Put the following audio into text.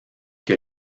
que